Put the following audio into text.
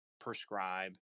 prescribe